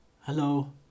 Hello